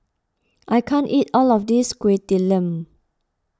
I can't eat all of this Kuih Talam